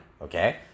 okay